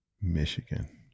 Michigan